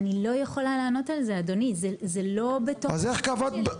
יכולה לענות על זה, זה לא בתוך התפקיד שלי.